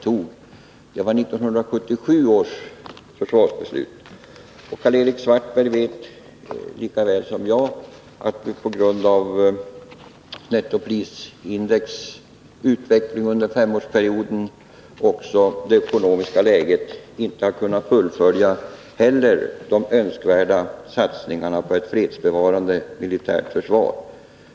Karl-Erik Svartberg vet lika väl som jag att vi på grund av nettoprisindex utveckling under femårsperioden och på grund av det ekonomiska läget inte heller har kunnat fullfölja de önskvärda satsningarna på ett fredsbevarande militärt försvar.